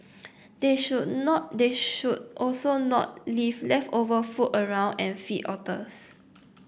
they should not they should also not leave leftover food around and feed otters